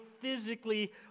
physically